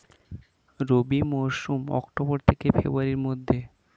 রবি মৌসুম অক্টোবর থেকে ফেব্রুয়ারির মধ্যে